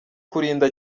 kurinda